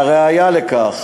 והראיה לכך